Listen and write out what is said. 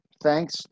thanks